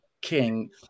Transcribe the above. king